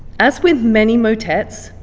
as with many motets,